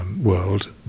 world